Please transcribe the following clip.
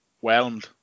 Whelmed